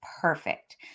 perfect